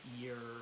year